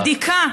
בבדיקה,